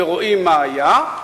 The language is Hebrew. ורואים מה היה,